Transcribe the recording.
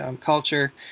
culture